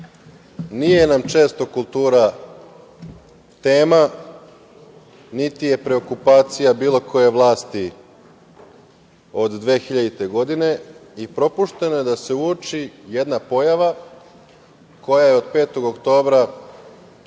nije nam često kultura tema, niti je preokupacija bilo koje vlasti od 2000. godine i propušteno je da se uoči jedna pojava koja je od 5. oktobra,